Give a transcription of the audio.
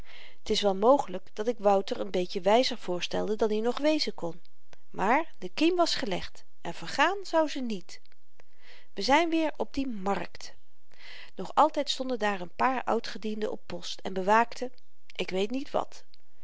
t is wel mogelyk dat ik wouter n beetje wyzer voorstelde dan i nog wezen kon maar de kiem was gelegd en vergaan zou ze niet we zyn weer op die markt nog altyd stonden daar n paar oud-gedienden op post en bewaakten ik weet niet wat